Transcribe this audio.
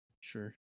sure